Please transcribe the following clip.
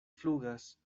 flugas